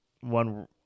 one